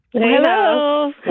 Hello